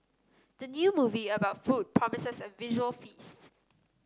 the new movie about food promises a visual feasts